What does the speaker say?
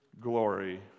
glory